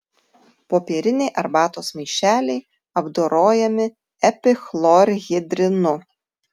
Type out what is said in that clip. popieriniai arbatos maišeliai apdorojami epichlorhidrinu